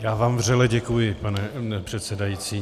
Já vám vřele děkuji, pane předsedající.